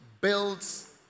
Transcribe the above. builds